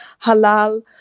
halal